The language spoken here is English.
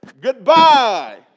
goodbye